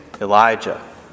Elijah